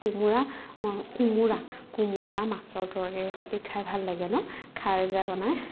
কোমোৰা কেমোৰা কোমোৰা মাছৰ তৰকাৰীৰ সৈতে খাই ভাল লাগে ন খাৰযে বনায়